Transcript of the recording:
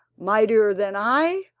mightier than i?